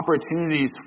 opportunities